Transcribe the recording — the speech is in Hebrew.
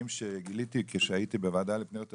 שגילית כשהייתי בוועדה לפניות הציבור,